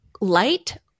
light